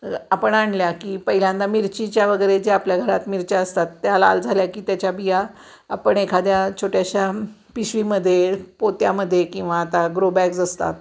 आपण आणल्या की पहिल्यांदा मिरचीच्या वगैरे जे आपल्या घरात मिरच्या असतात त्या लाल झाल्या की त्याच्या बिया आपण एखाद्या छोट्याशा पिशवीमध्ये पोत्यामध्ये किंवा आता ग्रोबॅग्स असतात